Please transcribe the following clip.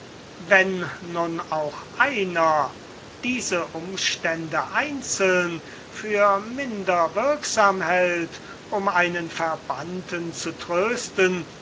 wenn nun auch einer diese umstände einzeln für minder wirksam hält um einen verbannten zu trösten